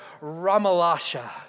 Ramalasha